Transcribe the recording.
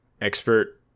expert